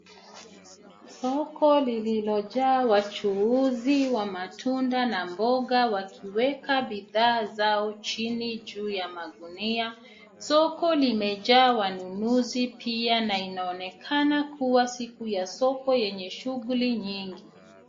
Soko lililojaa wachuuzi wa matunda na mboga wakiweka bidhaa zao chini juu ya magunia. Soko limejaa wanunuzi pia na linaonekana kuwa siku ya soko lenye shughuli nyingi.